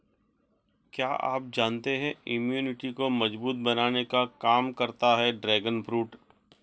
क्या आप जानते है इम्यूनिटी को मजबूत बनाने का काम करता है ड्रैगन फ्रूट?